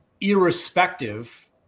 irrespective